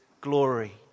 glory